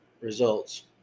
results